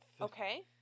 Okay